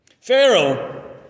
Pharaoh